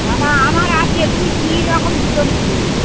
না না আমার আছে তুমি কি রকম জুতো নেবে